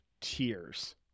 tears